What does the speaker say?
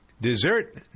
dessert